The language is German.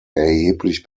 erheblich